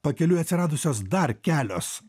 pakeliui atsiradusios dar kelios